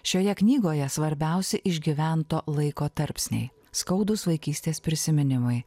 šioje knygoje svarbiausi išgyvento laiko tarpsniai skaudūs vaikystės prisiminimai